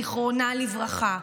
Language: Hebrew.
זיכרונה לברכה.